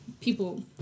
People